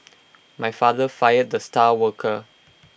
my father fired the star worker